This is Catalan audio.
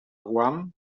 guam